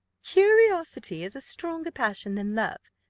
curiosity is a stronger passion than love,